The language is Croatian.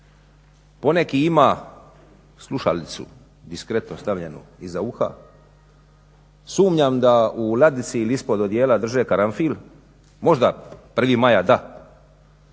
Poneki ima slušalicu diskretno stavljenu iza uha. Sumnjam da u ladici ili ispod odijela drže karanfil, možda 1. maja da,